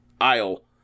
aisle